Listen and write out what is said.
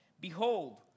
behold